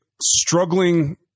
struggling